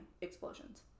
explosions